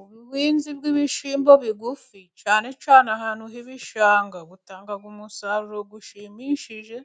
Ubuhinzi bw'ibishyimbo bigufi cyane cyane ahantu h'ibishanga ,butanga umusaruro ushimishije,